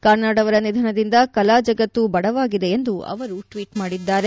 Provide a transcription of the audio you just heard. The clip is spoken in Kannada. ಕಾರ್ನಾಡ್ ಅವರ ನಿಧನದಿಂದ ಕಲಾ ಜಗತ್ತು ಬಡವಾಗಿದೆ ಎಂದು ಅವರು ಟ್ವೀಟ್ ಮಾಡಿದ್ದಾರೆ